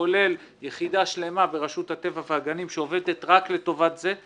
כולל יחידה שלמה ברשות הטבע והגנים שעובדת רק לטובת זה,